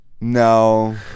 No